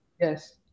yes